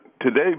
today